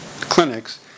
clinics